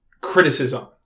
criticism